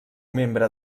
membre